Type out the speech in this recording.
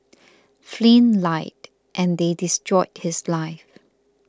Flynn lied and they destroyed his life